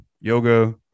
yoga